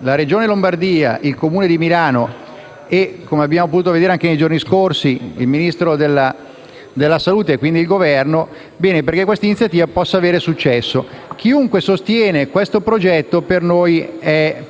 la Regione Lombardia, il Comune di Milano e, come abbiamo potuto vedere anche nei giorni scorsi, il Ministro della salute, quindi il Governo, affinché possa avere successo. Chiunque sostenga questo progetto per noi è